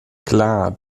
klar